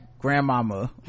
grandmama